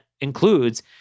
includes